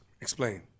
Explain